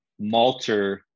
malter